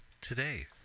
today